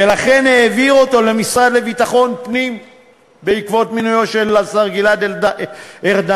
ולכן העביר אותו למשרד לביטחון פנים בעקבות מינויו של השר גלעד ארדן.